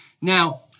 Now